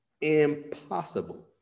impossible